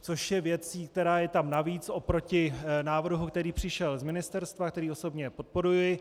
Což je věcí, která je tam navíc oproti návrhu, který přišel z ministerstva, který osobně podporuji.